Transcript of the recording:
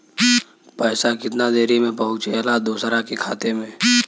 पैसा कितना देरी मे पहुंचयला दोसरा के खाता मे?